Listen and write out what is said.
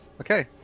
Okay